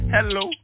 Hello